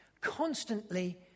constantly